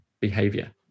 behavior